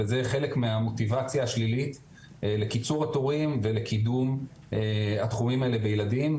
וזה חלק מהמוטיבציה השלילית לקיצור התורים ולקידום התחומים האלה בילדים.